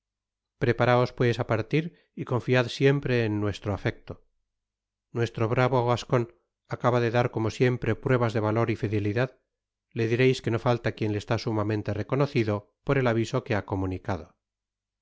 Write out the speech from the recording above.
preparaos pues á partir y conliad siempre en nuestro afecto nuestro bravo gascon acaba de dar como siempre pruebas de valor y fidelidad le direis que no falta quien le está sumamente reconocido por el aviso que ha comunicado